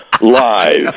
live